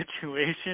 situation